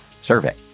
survey